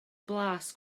blas